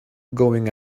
going